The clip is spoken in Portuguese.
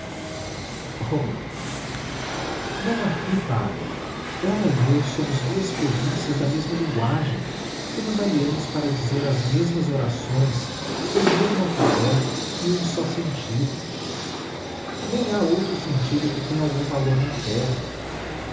romeu não aqui padre ela e eu somos duas províncias da mesma linguagem que nos aliamos para dizer as mesmas orações com o mesmo alfabeto e um só sentido nem há outro sentido que tenha algum valor na terra